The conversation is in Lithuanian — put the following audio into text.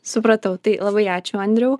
supratau tai labai ačiū andriau